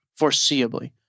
foreseeably